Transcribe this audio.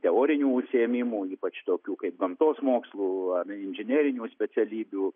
teorinių užsiėmimų ypač tokių kaip gamtos mokslų ar inžinerinių specialybių